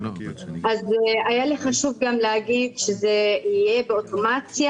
היה לי חשוב להגיד שזה יהיה באופן אוטומטי